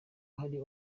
hari